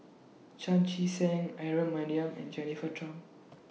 Chan Chee Seng Aaron Maniam and Jennifer Tham